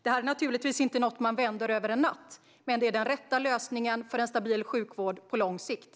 Detta är naturligtvis inte något som man vänder över en natt, men det är den rätta lösningen för en stabil sjukvård på lång sikt.